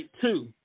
two